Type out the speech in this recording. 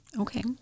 Okay